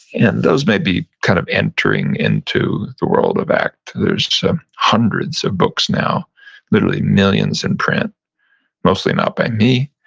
and those may be kind of entering into the world of act. there's hundreds of books now literally millions in print mostly not by me,